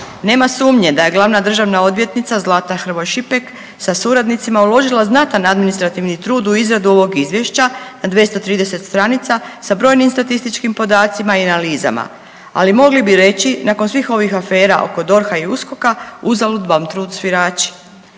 Nema sumnje da je glavna državna odvjetnica Zlata Hrvoj Šipek sa suradnicima uložila znatan administrativni trud u izradu ovog izvješća na 230 stranica sa brojnim statističkim podacima i analizama, ali mogli bi reći nakon svih ovih afera oko DORH-a i USKOK-a uzalud vam trud svirači.